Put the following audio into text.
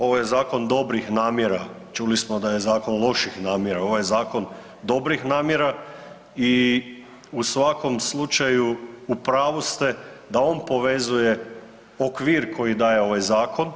Ovo je zakon dobrih namjera, čuli smo da je zakon loših namjera, ovo je zakon dobrih namjera i u svakom slučaju u pravu ste da on povezuje okvir koji daje ovaj zakon.